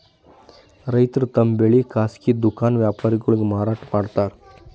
ರೈತರ್ ತಮ್ ಬೆಳಿ ಖಾಸಗಿ ದುಖಾನ್ ವ್ಯಾಪಾರಿಗೊಳಿಗ್ ಮಾರಾಟ್ ಮಾಡ್ತಾರ್